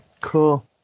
Cool